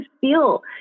feel